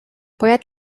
باید